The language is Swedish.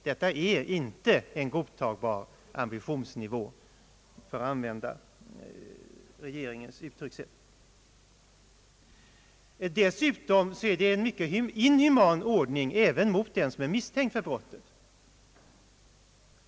Detta är inte en godtagbar ambitionsnivå, för att använda regeringens terminologi. Dessutom är det en mycket inhuman ordning även för den som är misstänkt för brott.